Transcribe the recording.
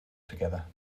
together